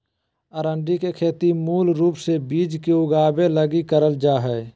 अरंडी के खेती मूल रूप से बिज के उगाबे लगी करल जा हइ